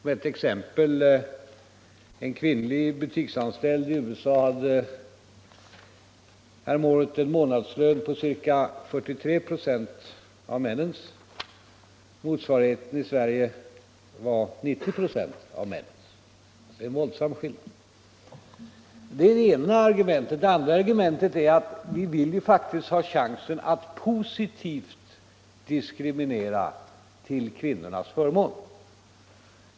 Som ett exempel kan jag nämna att en kvinnlig butiksanställd i USA häromåret hade en månadslön på ca 43 96 av männens medan motsvarande löneläge i Sverige var 90 96. Det är en våldsam skillnad. Det är det ena argumentet. Det andra är att vi faktiskt vill ha chansen att positivt diskriminera till kvinnornas förmån.